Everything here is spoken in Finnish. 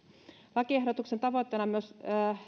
lakiehdotuksen tavoitteena on myös